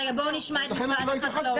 נשמע את משרד החקלאות.